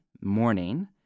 morning